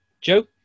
Joe